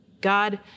God